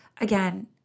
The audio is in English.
again